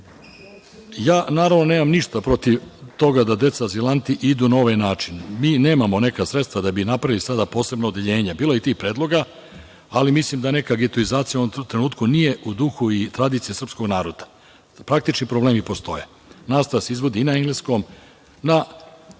zamisao. Naravno, ja nemam ništa protiv toga da deca azilanti idu na ovaj način. Mi nemamo neka sredstva da bi napravili sada posebno odeljenje. Bilo je i tih predloga, ali mislim da neka getoizacija u tom trenutku nije u duhu i tradiciji srpskog naroda. Praktični problemi postoje, Nastava se izvodi i na engleskom,